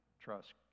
trust